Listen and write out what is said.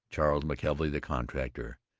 charles mckelvey the contractor,